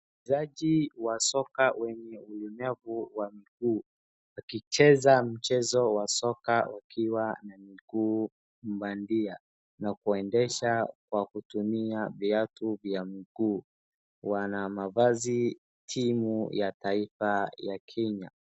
Wachezaji wa soka wenye ulemavu wa mguu wakicheza mchezo wasoka wakiwa na miguu bandia na kutendesha kwa kutumia viatu vya mguu. Wana mavazi timu ya taifa ya Kenya.